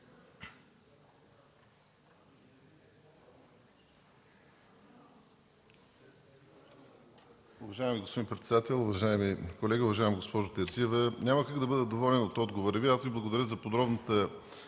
Ви. Благодаря за подробната